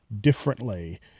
differently